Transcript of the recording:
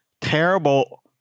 terrible